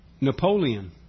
Napoleon